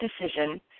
decision